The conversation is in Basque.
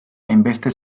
hainbeste